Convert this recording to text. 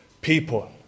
people